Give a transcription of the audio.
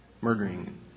murdering